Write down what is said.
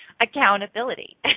accountability